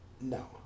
No